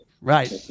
Right